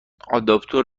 آداپتور